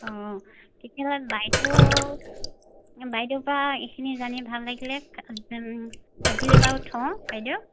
অঁ তেতিয়াহ'লে বাইদেউ বাইদেউৰ পৰা এইখিনি জানি ভাল লাগিলে তেন আজিলৈ বাৰু থওঁ বাইদেউ